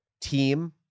team